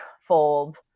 fold